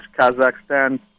Kazakhstan